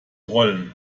rollen